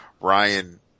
Ryan